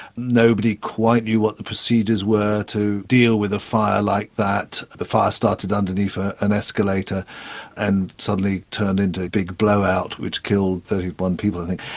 nobody quite knew what the procedures were to deal with a fire like that. the fire started underneath an escalator and suddenly turned into a big blow-out which killed thirty one people i think.